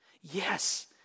Yes